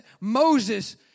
Moses